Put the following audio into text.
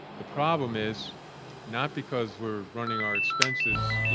the problem is not because we're running our expenses, you